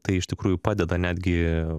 tai iš tikrųjų padeda netgi